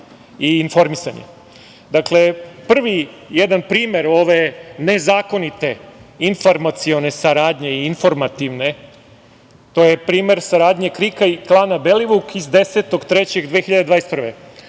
i informisanje. Dakle, prvi jedan primer ove nezakonite informacione saradnje i informativne, to je primer saradnje KRIK-a i klana Belivuk iz 10.